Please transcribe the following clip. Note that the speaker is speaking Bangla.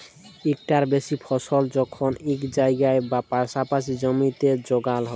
ইকটার বেশি ফসল যখল ইক জায়গায় বা পাসাপাসি জমিতে যগাল হ্যয়